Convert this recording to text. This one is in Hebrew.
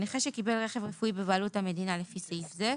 (ו)נכה שקיבל רכב רפואי בבעלות המדינה לפי סעיף זה,